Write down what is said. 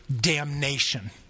Damnation